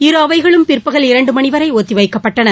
இரு அவைகளும் பிற்பகல் இரண்டு மணி வரை ஒத்திவைக்கப்பட்டன